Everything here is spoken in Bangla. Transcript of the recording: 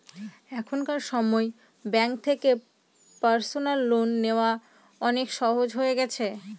এখনকার সময় ব্যাঙ্ক থেকে পার্সোনাল লোন নেওয়া অনেক সহজ হয়ে গেছে